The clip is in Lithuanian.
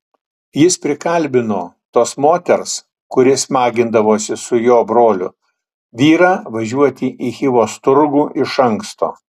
jis prikalbino tos moters kuri smagindavosi su jo broliu vyrą važiuoti į chivos turgų iš anksto